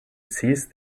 cease